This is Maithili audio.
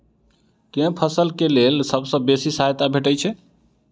केँ फसल केँ लेल सबसँ बेसी सहायता भेटय छै?